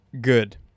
good